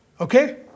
okay